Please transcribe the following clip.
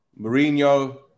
Mourinho